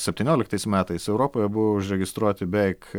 septynioliktais metais europoje buvo užregistruoti beveik